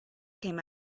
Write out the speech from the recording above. came